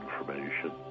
information